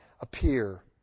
appear